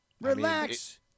Relax